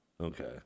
Okay